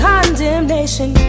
Condemnation